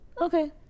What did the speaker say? Okay